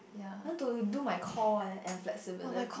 I want to do my core eh and flexibility